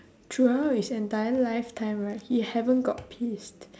throughout his entire lifetime right he haven't got pissed